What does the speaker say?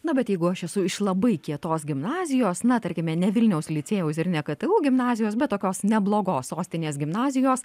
na bet jeigu aš esu iš labai kietos gimnazijos na tarkime ne vilniaus licėjaus ir ne ktu gimnazijos bet tokios neblogos sostinės gimnazijos